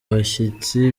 bashyitsi